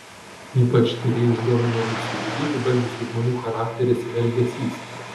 ypač tyrėjus domino nusižudyti bandžiusių žmonių charakteris ir elgesys